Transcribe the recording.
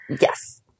Yes